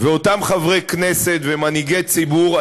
ואותם חברי כנסת ומנהיגי ציבור,